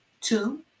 Two